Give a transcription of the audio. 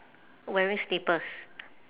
wearing slippers